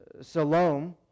Salome